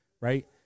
Right